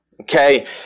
okay